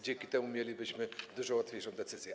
Dzięki temu mielibyśmy dużo łatwiejszą decyzję.